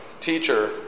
Teacher